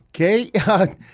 Okay